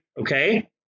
okay